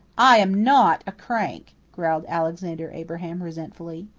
i am not a crank, growled alexander abraham resentfully.